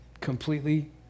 Completely